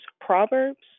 Proverbs